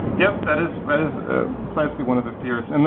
yup, that is that is precisely one of the fears. and